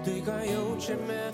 tai ką jaučiame